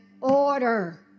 Order